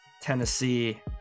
Tennessee